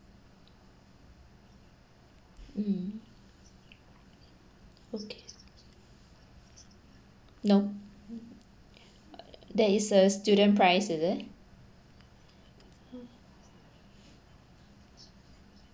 mm okay no there is a student price is it